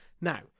Now